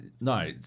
no